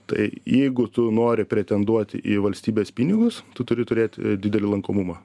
tai jeigu tu nori pretenduoti į valstybės pinigus tu turi turėt didelį lankomumą